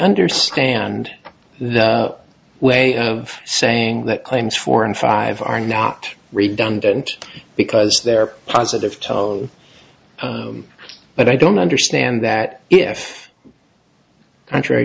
understand the way of saying that claims four and five are not redundant because they're positive tone but i don't understand that if entry